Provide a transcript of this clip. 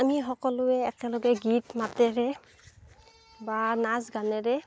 আমি সকলোৱে একেলগে গীত মাতেৰে বা নাচ গানেৰে